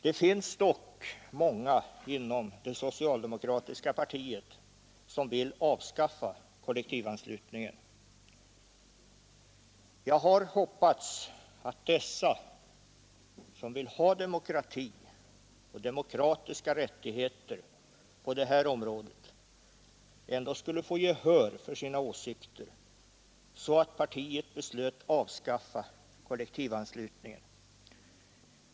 Det finns dock många inom det socialdemokratiska partiet som vill avskaffa kollektivanslutningen. Jag hade hoppats att de som vill ha demokrati och demokratiska rättigheter på det här området ändå skulle få gehör för sina åsikter så att partiet beslöt avskaffa kollektivanslutningen.